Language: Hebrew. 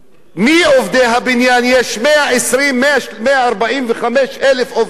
יש 145,000 עובדי בניין,